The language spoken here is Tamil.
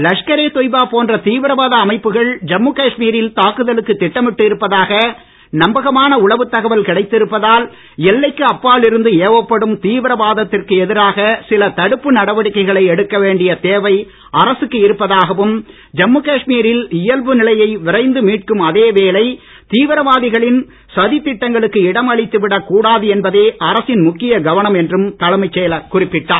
லஷ்கரே தொய்பா போன்ற தீவிரவாத அமைப்புகள் ஜம்மு காஷ்மீரில் தாக்குதலுக்கு திட்டமிட்டு இருப்பதாக நம்பகமான உளவுத் தகவல் கிடைத்திருப்பதால் எல்லைக்கு அப்பால் இருந்து ஏவப்படும் தீவிரவாதத்திற்கு எதிராக சில தடுப்பு நடவடிக்கைகளை எடுக்க வேண்டியத் தேவை அரசுக்கு இருப்பதாகவும் ஜம்மு காஷ்மீரில் இயல்பு நிலையை விரைந்து மீட்கும் அதே வேளை தீவிரவாதிகளின் சதித் திட்டங்களுக்கு இடம் அளித்துவிட கூடாது என்பதே அரசின் முக்கிய கவனம் என்றும் தலைமைச் செயலர் குறிப்பிட்டார்